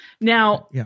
now